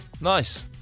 Nice